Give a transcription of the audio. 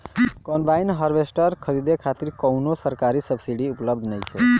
Combine harvester खरीदे खातिर कउनो सरकारी सब्सीडी उपलब्ध नइखे?